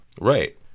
right